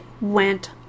went